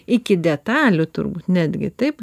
iki detalių turbūt netgi taip